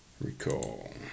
recall